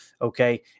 okay